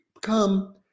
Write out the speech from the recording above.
come